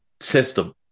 system